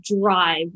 drive